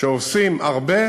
כשעושים הרבה